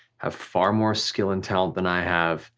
have far more skill and talent than i have,